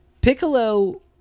Piccolo